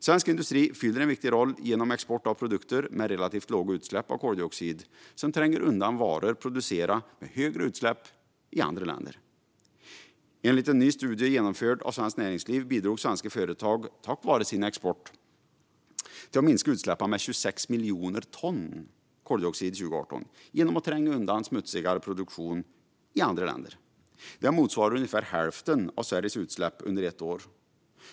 Svensk industri fyller en viktig roll genom export av produkter med relativt låga utsläpp av koldioxid som tränger undan varor producerade med högre utsläpp i andra länder. Enligt en ny studie genomförd av Svenskt Näringsliv bidrog svenska företag tack vare sin export till att minska utsläppen med 26 miljoner ton koldioxid år 2018 genom att tränga undan smutsigare produktion i andra länder. Det motsvarar ungefär hälften av Sveriges utsläpp under ett år.